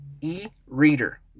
E-Reader